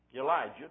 Elijah